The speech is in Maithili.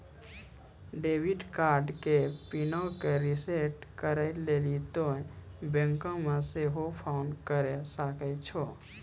डेबिट कार्डो के पिनो के रिसेट करै लेली तोंय बैंको मे सेहो फोन करे सकै छो